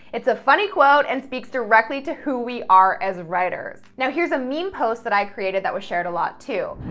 it's a funny quote and speaks directly to who we are as writers. now here's a meme post that i created that was shared a lot too.